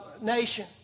nation